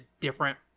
different